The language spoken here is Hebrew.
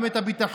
גם את הביטחון,